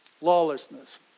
Lawlessness